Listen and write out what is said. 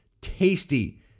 tasty